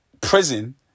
prison